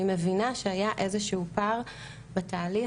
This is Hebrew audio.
שהיה איזשהו פער בתהליך.